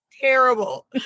terrible